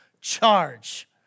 charge